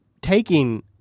Taking